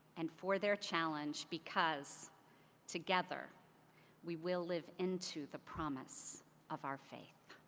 and for their challenge, because together we will live into the promise of our faith.